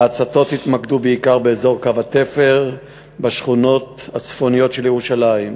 ההצתות התמקדו בעיקר באזור קו התפר בשכונות הצפוניות של ירושלים: